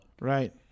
Right